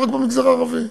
לא רק במגזר הערבי.